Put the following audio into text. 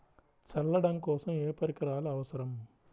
చల్లడం కోసం ఏ పరికరాలు అవసరం?